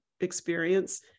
experience